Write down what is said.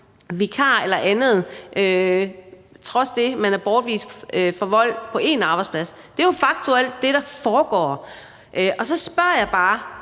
vikar eller andet, trods det at vedkommende er bortvist for vold på én arbejdsplads? Det er jo det, der faktuelt foregår. Så spørger jeg bare